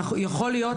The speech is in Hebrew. יכול להיות,